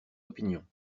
opinions